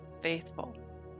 faithful